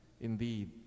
indeed